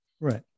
Right